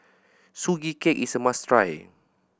Sugee Cake is a must try